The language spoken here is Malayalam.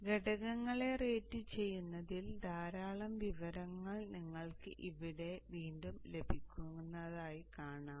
അതിനാൽ ഘടകങ്ങളെ റേറ്റുചെയ്യുന്നതിൽ ധാരാളം വിവരങ്ങൾ നിങ്ങൾക്ക് ഇവിടെ വീണ്ടും ലഭിക്കുന്നതായി നിങ്ങൾ കാണുന്നു